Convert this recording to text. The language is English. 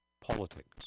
Politics